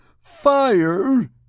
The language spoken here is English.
Fire